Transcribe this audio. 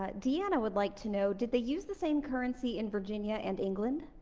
but deanna would like to know, did they use the same currency in virginia and england?